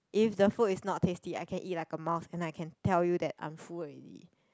if the food is not tasty I can eat like a mouse then I can tell you that I'm full already